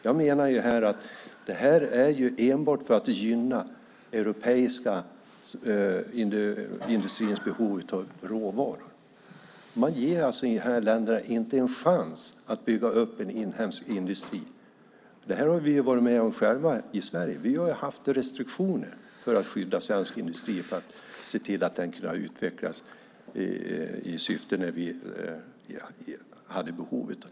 Jag menar att det enbart är för att gynna den europeiska industrins behov av råvaror. Man ger alltså inte de här länderna en chans att bygga upp en inhemsk industri. Det här har vi varit med om själva i Sverige. Vi har haft restriktioner för att skydda svensk industri, för att se till att den skulle kunna utvecklas när vi hade behov av det.